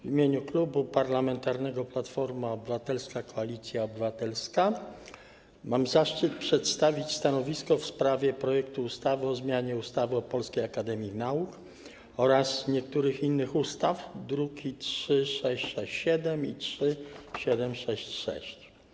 W imieniu Klubu Parlamentarnego Platforma Obywatelska - Koalicja Obywatelska mam zaszczyt przedstawić stanowisko w sprawie projektu ustawy o zmianie ustawy o Polskiej Akademii Nauk oraz niektórych innych ustaw, druki nr 3667 i 3766.